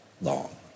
long